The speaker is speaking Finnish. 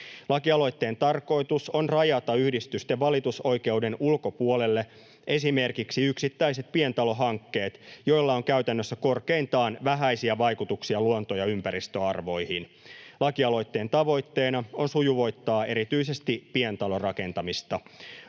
Lakialoitteen tarkoitus on rajata yhdistysten valitusoikeuden ulkopuolelle esimerkiksi yksittäiset pientalohankkeet, joilla on käytännössä korkeintaan vähäisiä vaikutuksia luonto- ja ympäristöarvoihin. Lakialoitteen tavoitteena on sujuvoittaa erityisesti pientalorakentamista.